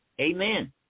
Amen